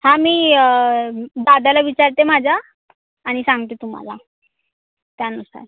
हां मी दादाला विचारते माझ्या आणि सांगते तुम्हाला त्यानुसार